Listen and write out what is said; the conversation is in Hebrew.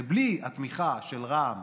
ובלי התמיכה של רע"מ